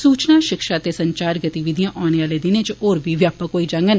सुचना शिक्षा ते संचार गतिविधियां औने आने दिनें इच होर व्यापक होई जाङन